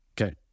Okay